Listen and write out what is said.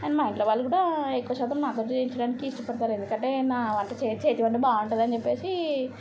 and మా ఇంట్లో వాళ్ళు కూడా ఎక్కువ శాతం నా తోటి చేయించడానికి ఇష్టపడుతారు ఎందుకంటే నా వంట నా చేతి వంట బాగుంటుంది అని చెప్పేసి